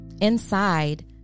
Inside